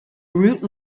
route